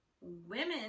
women